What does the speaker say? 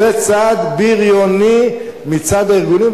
זה צעד בריוני מצד הארגונים,